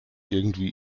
irgendwie